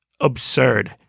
absurd